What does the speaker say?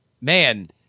man